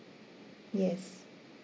yes